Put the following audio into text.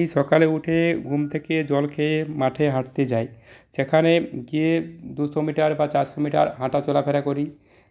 সেই সকালে উঠে ঘুম থেকে জল খেয়ে মাঠে হাঁটতে যাই সেখানে গিয়ে দুশো মিটার বা চারশো মিটার হাঁটা চলা ফেরা করি